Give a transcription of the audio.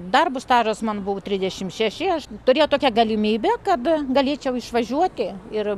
darbo stažas man buvo trisdešim šeši aš turėjau tokią galimybę kad galėčiau išvažiuoti ir